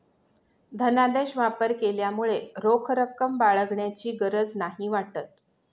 धनादेश वापर केल्यामुळे रोख रक्कम बाळगण्याची गरज नाही वाटत